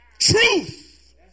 Truth